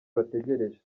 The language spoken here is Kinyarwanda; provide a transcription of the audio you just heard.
bategereje